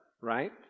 Right